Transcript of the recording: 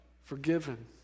forgiven